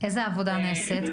איזו עבודה נעשית?